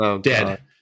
Dead